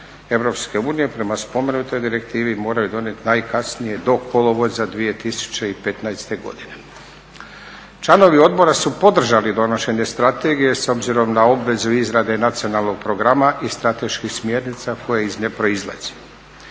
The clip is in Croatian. vlade EU prema spomenutoj direktivi moraju donijeti najkasnije do kolovoza 2015. godine. Članovi odbora su podržali donošenje strategije s obzirom na obvezu izrade nacionalnog programa i strateških smjernica koje iz nje proizlaze.